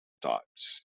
types